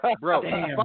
bro